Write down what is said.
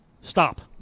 stop